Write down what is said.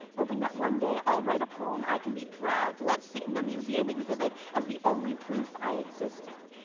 hoping that one day i'll write a poem i can be proud to let sit in a museum exhibit as the only proof i existed.